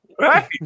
Right